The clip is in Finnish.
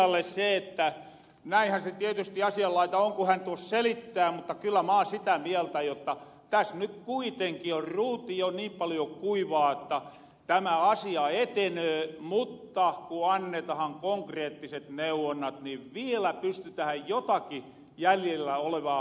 hemmilälle se että näihän se tietysti asianlaita on ku hän tuos selittää mutta kyllä mä oon sitä mieltä jotta täs ny kuitenki on ruuti jo niin paljo kuivaa jotta tämä asia etenöö mutta ku annetahan konkreettiset neuvonnat ni vielä pystytähän jotakin jäljellä olevaa parantamahan